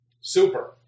Super